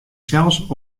sels